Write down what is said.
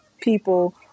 people